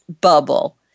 bubble